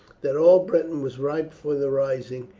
that all britain was ripe for the rising,